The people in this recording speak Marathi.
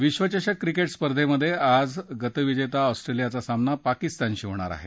विध्वचषक क्रिकेट स्पर्धेत आज गतविजेता ऑस्ट्रेलियाचा सामना पाकिस्तानशी होणार आहे